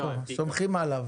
סומכים עליו.